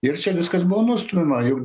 ir čia viskas buvo nustumiama jau dabar juk